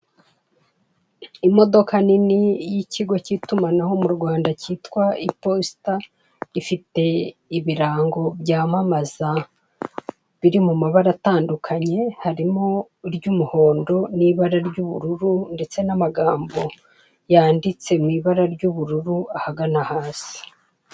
Imodoka nini y'ikigo k'itumanaho mu Rwanda kitwa iposita gifite ibirango byamamaza biri mu mabara atandukanye harimo iry'umuhondo n'ibara ry'ubururu ndetse n'amagambo yanditse mu ibara ry'ubururu ahagana hasi.